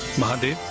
mother!